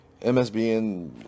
MSBN